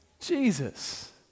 Jesus